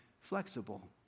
flexible